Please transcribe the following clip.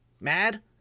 mad